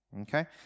okay